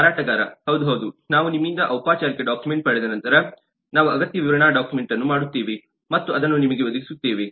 ಮಾರಾಟಗಾರ ಹೌದು ಹೌದು ನಾವು ನಿಮ್ಮಿಂದ ಔಪಚಾರಿಕ ಡಾಕ್ಯುಮೆಂಟ್ ಪಡೆದ ನಂತರ ನಾವು ಅಗತ್ಯ ವಿವರಣಾ ಡಾಕ್ಯುಮೆಂಟ್ ಅನ್ನು ಮಾಡುತ್ತೇವೆ ಮತ್ತು ಅದನ್ನು ನಿಮಗೆ ಒದಗಿಸುತ್ತೇವೆ